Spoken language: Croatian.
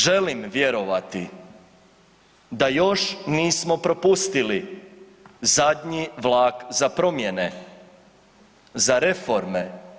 Želim vjerovati da još nismo propustili zadnji vlak za promjene, za reforme.